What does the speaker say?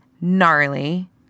gnarly